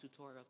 tutorials